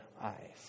eyes